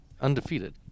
undefeated